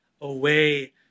away